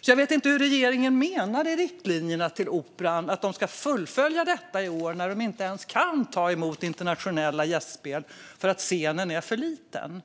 Jag vet inte vad regeringen menar i riktlinjerna till Operan när det gäller att de ska kunna fullfölja detta i år när de inte ens kan ta emot internationella gästspel för att scenen är för liten.